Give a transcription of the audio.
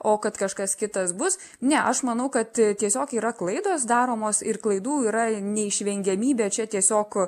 o kad kažkas kitas bus ne aš manau kad tiesiog yra klaidos daromos ir klaidų yra neišvengiamybė čia tiesiog